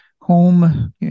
home